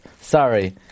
Sorry